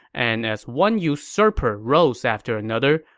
and as one usurper rose after another,